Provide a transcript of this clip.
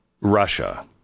Russia